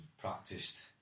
practiced